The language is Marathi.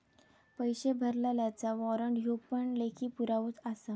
पैशे भरलल्याचा वाॅरंट ह्यो पण लेखी पुरावोच आसा